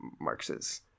Marx's